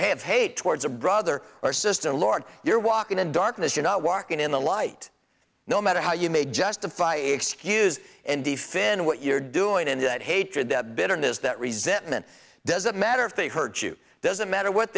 have hate towards a brother or sister lord you're walking in darkness you're not walking in the light no matter how you may justify excuse and defend what you're doing and that hatred bitterness that resentment doesn't matter if they hurt you doesn't matter what